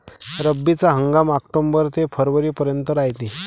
रब्बीचा हंगाम आक्टोबर ते फरवरीपर्यंत रायते